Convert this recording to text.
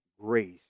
grace